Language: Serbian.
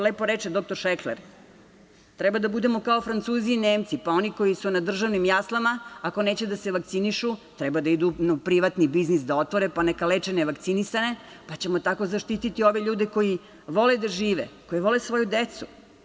Lepo reče doktor Šekler, treba da budemo kao Francuzi i Nemci, pa oni koji su na državnim jaslama ako neće da se vakcinišu, treba da idu u privatni biznis, da otvore, pa neka leče nevakcinisane, pa ćemo tako zaštiti ove ljude koji vole da žive, koji vole svoju decu.